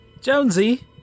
Jonesy